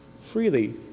Freely